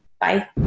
Bye